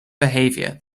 behavior